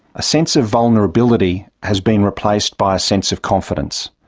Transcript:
a sense of vulnerability has been replaced by a sense of confidence.